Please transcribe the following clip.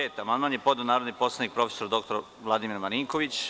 Na član 5. amandman je podneo narodni poslanik prof. dr Vladimir Marinković.